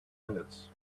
minutes